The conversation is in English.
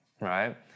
right